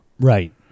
Right